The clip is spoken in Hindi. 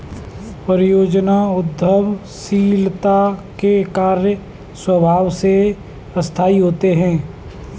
परियोजना उद्यमशीलता के कार्य स्वभाव से अस्थायी होते हैं